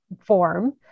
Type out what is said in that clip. form